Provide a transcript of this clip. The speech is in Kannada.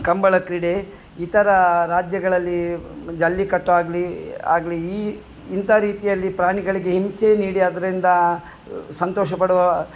ಕಂಬಳ ಕ್ರೀಡೆ ಇತರ ರಾಜ್ಯಗಳಲ್ಲಿ ಜಲ್ಲಿಕಟ್ಟು ಆಗಲಿ ಆಗಲಿ ಈ ಇಂಥ ರೀತಿಯಲ್ಲಿ ಪ್ರಾಣಿಗಳಿಗೆ ಹಿಂಸೆ ನೀಡಿ ಅದರಿಂದ ಸಂತೋಷಪಡುವ